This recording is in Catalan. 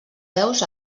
peus